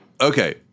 okay